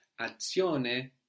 azione